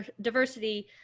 diversity